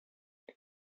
ist